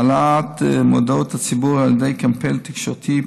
העלאת מודעות הציבור על ידי קמפיין תקשורתי,